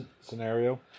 scenario